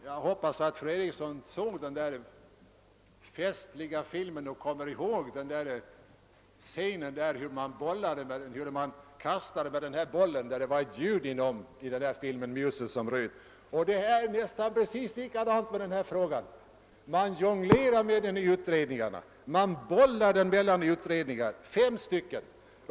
Jag hoppas att fru Eriksson såg den filmen och kommer ihåg den festliga scenen, där man kastade en boll mellan sig samtidigt som man hörde ett tickande inifrån. Det är nästan likadant med den här frågan: man jonglerar med den i utredningarna, man bollar den mellan utredningarna — fem stycken.